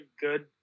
good